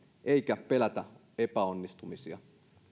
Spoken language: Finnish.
eikä pelätä epäonnistumisia